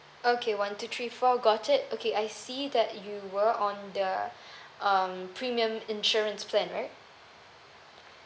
okay one two three four got it okay I see that you were on the um premium insurance plan right